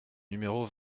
numéro